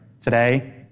Today